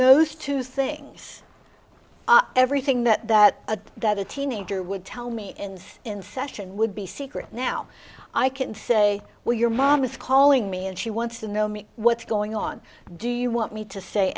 most two things everything that that that a teenager would tell me and in session would be secret now i can say well your mom is calling me and she wants to know me what's going on do you want me to say